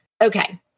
Okay